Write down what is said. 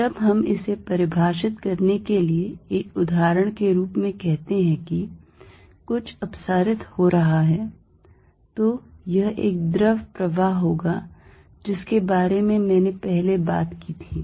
जब हम इसे परिभाषित करने के लिए एक उदाहरण के रूप में कहते हैं कि कुछ अपसारित हो रहा है तो यह एक द्रव प्रवाह होगा जिसके बारे में मैंने पहले बात की थी